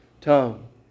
tongue